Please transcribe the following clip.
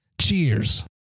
Cheers